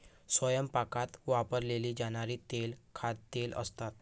स्वयंपाकात वापरली जाणारी तेले खाद्यतेल असतात